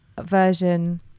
version